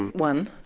one,